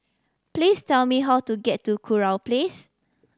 please tell me how to get to Kurau Place